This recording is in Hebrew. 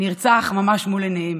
נרצח ממש מול עיניהם.